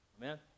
Amen